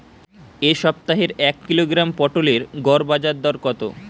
এ সপ্তাহের এক কিলোগ্রাম পটলের গড় বাজারে দর কত?